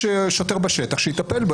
יש שוטר בשטח שיטפל.